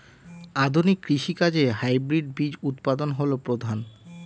আধুনিক কৃষি কাজে হাইব্রিড বীজ উৎপাদন হল প্রধান